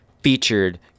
featured